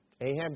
Ahab